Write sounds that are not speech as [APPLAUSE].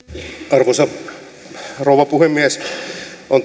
arvoisa rouva puhemies on [UNINTELLIGIBLE]